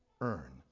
earn